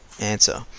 answer